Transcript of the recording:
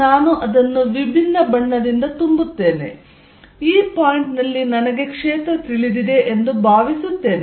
ನಾನು ಅದನ್ನು ವಿಭಿನ್ನ ಬಣ್ಣದಿಂದ ತುಂಬುತ್ತೇನೆ ಈ ಪಾಯಿಂಟ್ ನಲ್ಲಿ ನನಗೆ ಕ್ಷೇತ್ರ ತಿಳಿದಿದೆ ಎಂದು ಭಾವಿಸುತ್ತೇನೆ